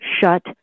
shut